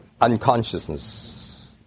unconsciousness